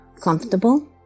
comfortable